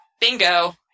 bingo